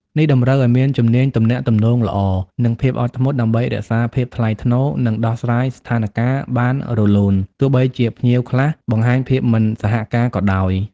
នេះតម្រូវឲ្យមានជំនាញទំនាក់ទំនងល្អ និងភាពអត់ធ្មត់ ដើម្បីរក្សាភាពថ្លៃថ្នូរ និងដោះស្រាយស្ថានការណ៍បានរលូន ទោះបីជាមានភ្ញៀវខ្លះបង្ហាញភាពមិនសហការក៏ដោយ។